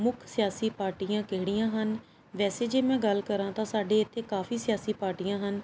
ਮੁੱਖ ਸਿਆਸੀ ਪਾਰਟੀਆਂ ਕਿਹੜੀਆਂ ਹਨ ਵੈਸੇ ਜੇ ਮੈਂ ਗੱਲ ਕਰਾਂ ਤਾਂ ਸਾਡੇ ਇੱਥੇ ਕਾਫੀ ਸਿਆਸੀ ਪਾਰਟੀਆਂ ਹਨ